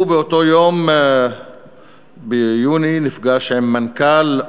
הוא באותו יום ביוני נפגש עם מנכ"ל ה-OECD,